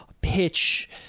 pitch